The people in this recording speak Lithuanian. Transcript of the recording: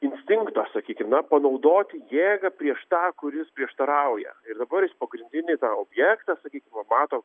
instinkto sakykim na panaudoti jėgą prieš tą kuris prieštarauja ir dabar jis pagrindinį objektą sakykime pamato